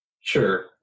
Sure